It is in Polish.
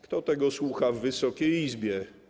Kto tego słucha w Wysokiej Izbie?